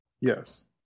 Yes